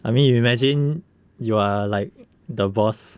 I mean you imagine you are like the boss